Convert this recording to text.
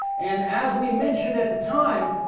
and as we mentioned at the time,